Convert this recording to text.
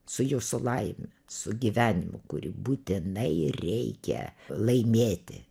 su jūsų laime su gyvenimu kurį būtinai reikia laimėti